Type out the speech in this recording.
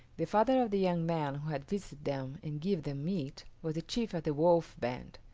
the father of the young man who had visited them and given them meat was the chief of the wolf band,